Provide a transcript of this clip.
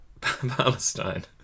Palestine